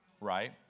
right